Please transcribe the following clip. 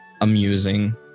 amusing